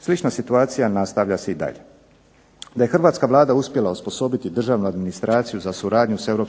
Slična situacija nastavlja se i dalje. Da je hrvatska Vlada uspjela osposobiti državnu administraciju za suradnju sa EU